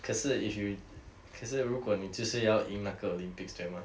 可是 if you 可是如果你就是要赢那个 olympics 对吗